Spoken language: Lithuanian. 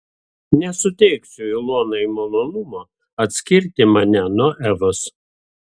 nesuteiksiu ilonai malonumo atskirti mane nuo evos